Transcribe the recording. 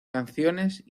canciones